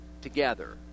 together